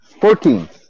Fourteen